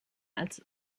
als